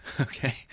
okay